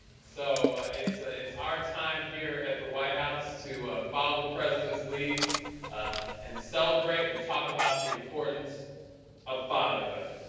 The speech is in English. so it's ah it's our time here at the white house to follow the president's lead and celebrate and talk about the importance of fatherhood.